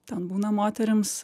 ten būna moterims